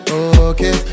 okay